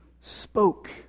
spoke